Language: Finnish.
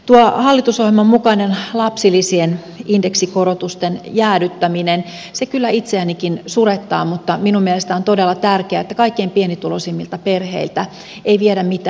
tuo hallitusohjelman mukainen lapsilisien indeksikorotusten jäädyttäminen kyllä itseänikin surettaa mutta minun mielestä on todella tärkeää että kaikkein pienituloisimmilta perheiltä ei viedä mitään pois